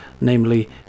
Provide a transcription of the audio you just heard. namely